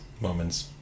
moments